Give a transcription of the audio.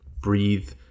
breathe